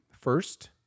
first